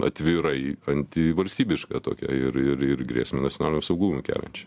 atvirai antivalstybišką tokią ir ir ir grėsmę nacionaliniam saugumui keliančią